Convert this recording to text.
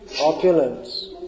Opulence